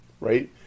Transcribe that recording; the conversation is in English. right